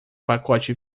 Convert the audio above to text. pacote